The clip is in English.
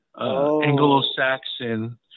Anglo-Saxon